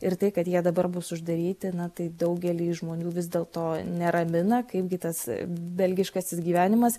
ir tai kad jie dabar bus uždaryti na tai daugelį žmonių vis dėlto neramina kaipgi tas belgiškasis gyvenimas